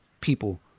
people